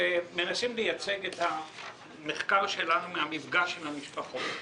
שמנסים לייצג את המחקר שלנו מן המפגש עם המשפחות.